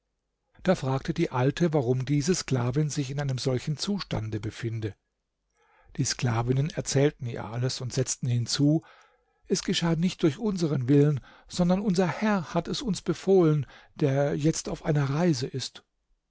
da fragte die alte warum diese sklavin sich in einem solchen zustande befinde die sklavinnen erzählten ihr alles und setzten hinzu es geschah nicht durch unseren willen sondern unser herr hat es uns befohlen der jetzt auf einer reise ist